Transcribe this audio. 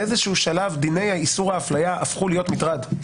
באיזשהו שלב דיני איסור האפליה הפכו להיות מטרד.